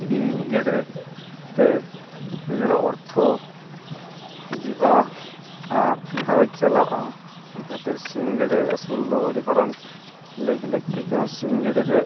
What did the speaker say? ᱥᱤᱢ ᱜᱮᱰᱮᱹᱛᱮ ᱱᱤᱡᱮᱨᱟᱜ ᱚᱨᱛᱷᱚ ᱦᱤᱡᱩᱜᱼᱟ ᱟᱨ ᱜᱷᱟᱨᱚᱸᱡᱽ ᱪᱟᱞᱟᱜᱼᱟ ᱚᱱᱟ ᱠᱷᱟᱹᱛᱤᱨ ᱥᱤᱢ ᱜᱮᱰᱮᱹ ᱟᱹᱥᱩᱞ ᱫᱚ ᱟᱹᱰᱤ ᱢᱟᱨᱟᱝ ᱞᱟᱹᱜᱽᱼᱞᱟᱹᱠᱛᱤ ᱠᱟᱱᱟ ᱥᱤᱢ ᱜᱮᱰᱮᱹᱨᱮ